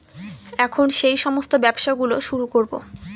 এখন সেই সমস্ত ব্যবসা গুলো শুরু করবো